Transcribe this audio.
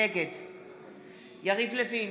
נגד יריב לוין,